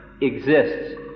exists